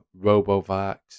RoboVax